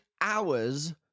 hours